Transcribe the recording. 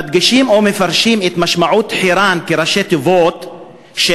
מדגישים או מפרשים את משמעות השם חירן כראשי תיבות של: